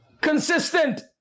consistent